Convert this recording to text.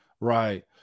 Right